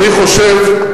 אני חושב,